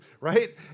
Right